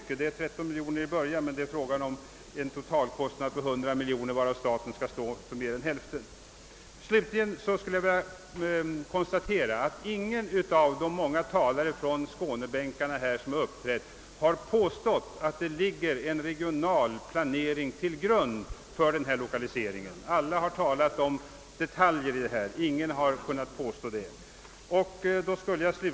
Kostnaden blir i inledningsskedet 13 miljoner kronor, men totalkostnaden blir 100 miljoner kronor, varav staten skall stå för mer än hälften. Jag vill vidare konstatera att ingen av de många talare från skånebänken, som uppträtt, har påstått att det ligger en regional planering till grund för lokaliseringen av ersättningsflygplatsen. Detta har ingen kunnat påstå.